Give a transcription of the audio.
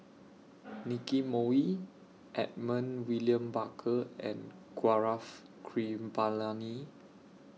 Nicky Moey Edmund William Barker and Gaurav Kripalani